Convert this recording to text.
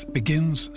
begins